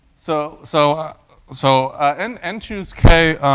so so so and n choose k